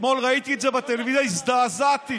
אתמול ראיתי את זה בטלוויזיה, הזדעזעתי.